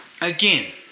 again